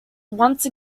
once